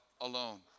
alone